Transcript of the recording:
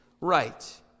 right